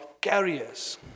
carriers